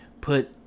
Put